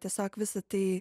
tiesiog visa tai